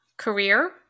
career